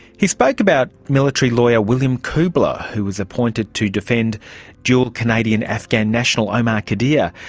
he spoke about military lawyer william kuebler, who was appointed to defend dual canadian afghan national omar khadr. yeah